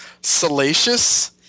salacious